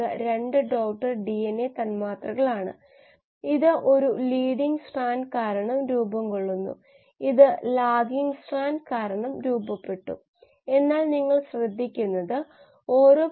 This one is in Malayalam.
അതിനാൽ സമീപനം Pseudomonas P E P carboxylase എടുക്കുകയും കോറിനെബാക്ടീരിയം ഗ്ലൂട്ടാമിക്കത്തിൽ ചെയ്യുക ഇത് ഈ നോഡിന്റെ കാഠിന്യം കുറയ്ക്കാൻ സഹായിക്കുകയും അതുവഴി ലൈസിൻ ഉൽപാദനം ഏകദേശം 3 മടങ്ങ് വർദ്ധിപ്പിക്കുകയും ചെയ്തു അല്ലേ